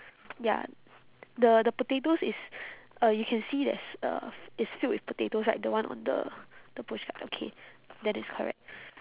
ya the the potatoes is uh you can see there's uh it's filled with potatoes right the one on the the pushcart ah okay then it's correct